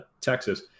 Texas